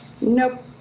Nope